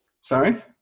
Sorry